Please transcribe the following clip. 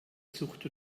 zucht